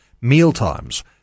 mealtimes